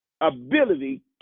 ability